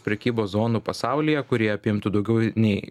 prekybos zonų pasaulyje kuri apimtų daugiau nei